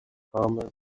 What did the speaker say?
farmers